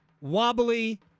wobbly